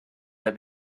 that